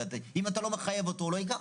אם אתה לא מחייב אותו הוא לא ייקח.